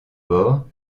bord